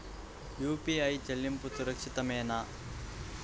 UPI చెల్లింపు సురక్షితమేనా?